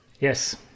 Yes